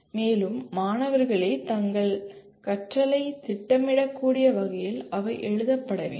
மேலும் மாணவர்களே தங்கள் கற்றலைத் திட்டமிடக்கூடிய வகையில் அவை எழுதப்பட வேண்டும்